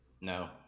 No